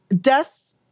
death